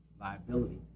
liability